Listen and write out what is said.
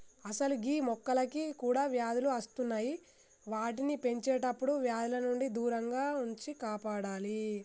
అసలు గీ మొక్కలకి కూడా వ్యాధులు అస్తున్నాయి వాటిని పెంచేటప్పుడు వ్యాధుల నుండి దూరంగా ఉంచి కాపాడాలి